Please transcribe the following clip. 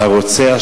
הרוצח,